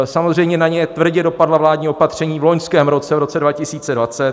Samozřejmě na ně tvrdě dopadla vládní opatření v loňském roce, v roce 2020.